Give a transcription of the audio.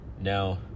Now